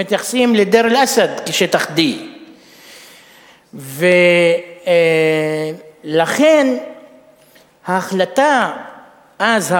הם מתייחסים לדיר-אל-אסד כשטח D. ולכן ההחלטה אז,